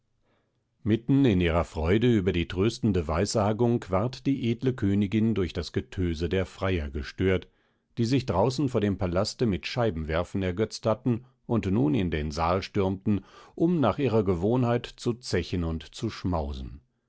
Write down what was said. mitten in ihrer freude über die tröstende weissagung ward die edle königin durch das getöse der freier gestört die sich draußen vor dem palaste mit scheibenwerfen ergötzt hatten und nun in den saal stürmten um nach ihrer gewohnheit zu zechen und zu schmausen